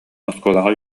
оскуолаҕа